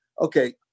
okay